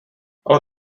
ale